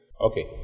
Okay